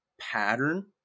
pattern